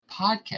podcast